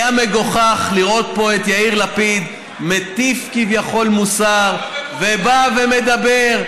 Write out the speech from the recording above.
היה מגוחך לראות פה את יאיר לפיד כביכול מטיף מוסר ובא ומדבר.